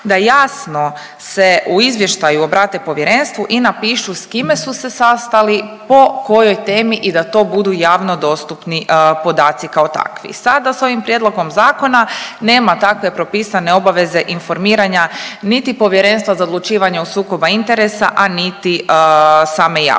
da jasno se u izvještaju obrate povjerenstvu i napišu s kime su se sastali po kojoj temi i a to budu javno dostupni podaci kao takvi. Sada s ovim prijedlogom zakona nema takve propisane obaveze informiranja niti Povjerenstva za odlučivanje o sukobu interesa, a niti same javnosti.